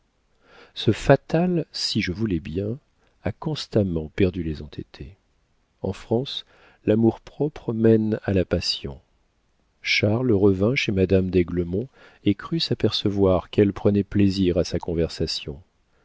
ce fatalsi je voulais bien a constamment perdu les entêtés en france l'amour-propre mène à la passion charles revint chez madame d'aiglemont et crut s'apercevoir qu'elle prenait plaisir à sa conversation